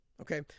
Okay